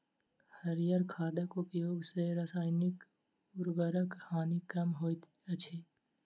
हरीयर खादक उपयोग सॅ रासायनिक उर्वरकक हानि कम होइत अछि